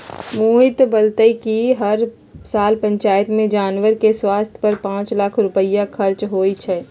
मोहित बतलकई कि हर साल पंचायत में जानवर के स्वास्थ पर पांच लाख रुपईया खर्च होई छई